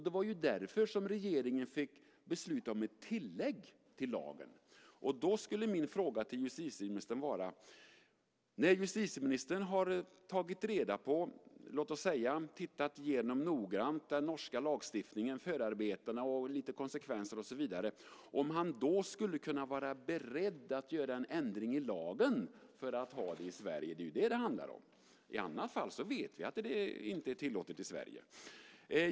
Det var därför som regeringen fick besluta om ett tillägg till lagen. Då skulle min fråga till justitieministern vara: När justitieministern har tagit reda på, låt oss säga noggrant tittat igenom, den norska lagstiftningen, förarbetena och konsekvenser, skulle han då kunna vara beredd att göra en ändring i lagen i Sverige? Det är det det handlar om. I annat fall vet vi att det inte är tillåtet i Sverige.